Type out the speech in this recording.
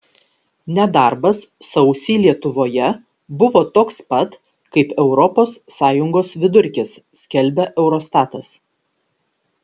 nedarbas sausį lietuvoje buvo toks pat kaip europos sąjungos vidurkis skelbia eurostatas